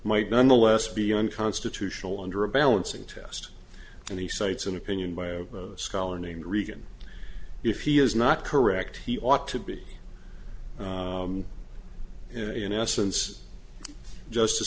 might nonetheless be unconstitutional under a balancing test and he cites an opinion by a scholar named reagan if he is not correct he ought to be in essence justice